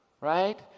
right